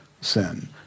sin